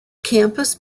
campus